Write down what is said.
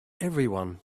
everyone